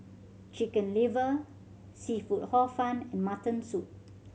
Chicken Liver seafood Hor Fun and mutton soup